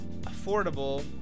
affordable